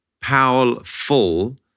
powerful